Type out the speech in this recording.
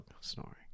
snoring